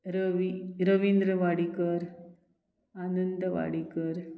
Ravi Ravindra Wadikar Anand Wadikar